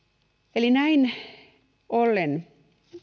näin ollen